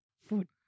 Food